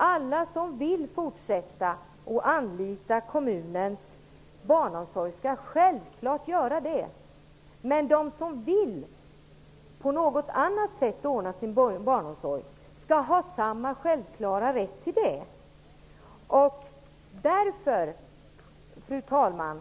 Alla som vill fortsätta att anlita kommunens barnomsorg skall självfallet kunna göra det. Men de som vill ordna sin barnomsorg på något annat sätt skall ha samma självklara rätt till det. Fru talman!